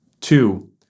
two